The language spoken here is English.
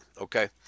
Okay